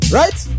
right